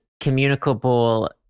communicable